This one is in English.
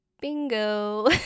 bingo